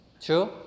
True